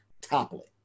toppling